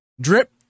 Drip